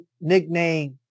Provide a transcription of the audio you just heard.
nickname